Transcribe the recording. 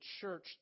church